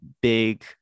big –